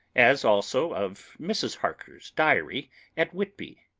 as also of mrs. harker's diary at whitby.